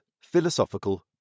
philosophical